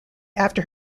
after